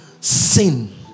sin